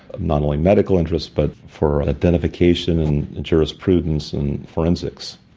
not only medical interest but for identification and jurisprudence and forensics.